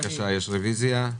בבקשה, יש רביזיה.